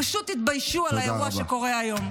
פשוט תתביישו על האירוע שקורה היום.